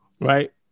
right